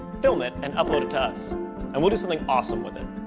film it and upload it to us and we'll do something awesome with it.